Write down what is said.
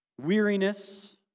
weariness